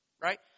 Right